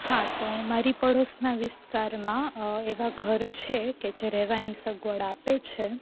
હા તો હું મારી પડોશના વિસ્તારમાં એવા ઘર છે કે જે રહેવાની સગવડ આપે છે